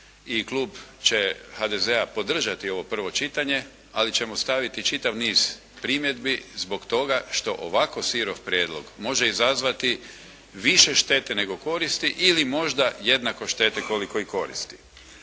klub će HDZ-a podržati ovo prvo čitanje ali ćemo staviti čitav niz primjedbi zbog toga što ovako sirov Prijedlog može izazvati više štete nego koristi ili možda jednako štete koliko i koristi.